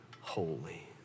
holy